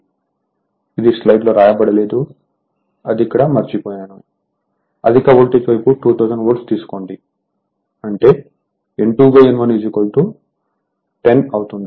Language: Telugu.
కాబట్టి ఇది స్లైడ్లో వ్రాయబడలేదుఅది ఇక్కడ మర్చిపోయాను అధిక వోల్టేజ్ వైపు 2000 వోల్ట్ తీసుకోండి అంటే N2 N1 10 అవుతుంది